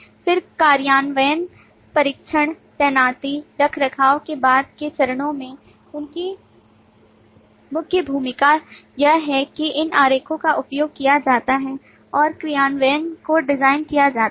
फिर कार्यान्वयन परीक्षण तैनाती रखरखाव के बाद के चरणों में उनकी मुख्य भूमिका यह है कि इन आरेखों का उपयोग किया जाता है और कार्यान्वयन को डिज़ाइन किया जाता है